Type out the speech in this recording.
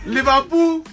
Liverpool